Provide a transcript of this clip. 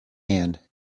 hand